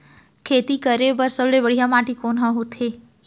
खेती करे बर सबले बढ़िया माटी कोन हा होथे?